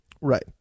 Right